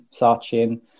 Sachin